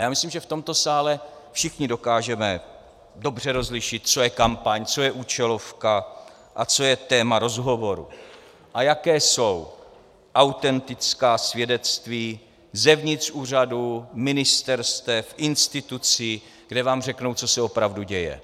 Já myslím, že v tomto sále všichni dokážeme dobře rozlišit, co je kampaň, co je účelovka a co je téma rozhovoru a jaká jsou autentická svědectví zevnitř úřadů, ministerstev, institucí, kde vám řeknou, co se opravdu děje.